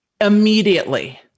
immediately